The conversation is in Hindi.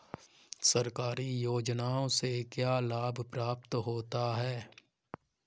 सरकारी योजनाओं से क्या क्या लाभ होता है?